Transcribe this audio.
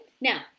Now